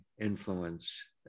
influence